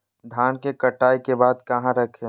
धान के कटाई के बाद कहा रखें?